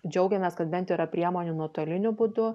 džiaugiamės kad bent yra priemonių nuotoliniu būdu